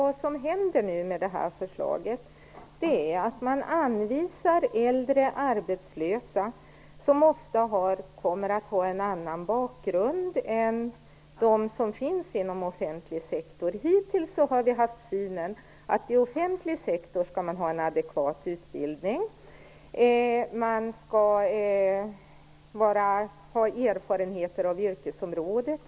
Vad som händer när förslaget genomförs är att man anvisar äldre arbetslösa, som ofta kommer att ha en annan bakgrund än de som arbetar inom den offentliga sektorn. Hittills har vi haft synen att de anställda inom den offentliga sektorn skall ha en adekvat utbildning och ha erfarenheter av yrkesområdet.